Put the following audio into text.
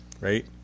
right